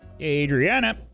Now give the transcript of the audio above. Adriana